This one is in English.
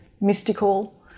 mystical